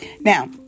Now